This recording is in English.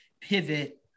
pivot